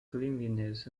cleanliness